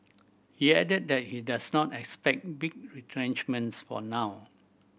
he added that he does not expect big retrenchments for now